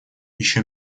еще